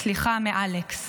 סליחה מאלכס.